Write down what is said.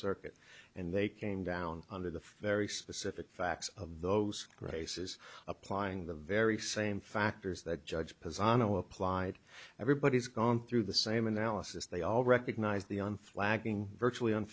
circuit and they came down under the very specific facts of those races applying the very same factors that judge present to applied everybody's gone through the same analysis they all recognize the on flagging virtually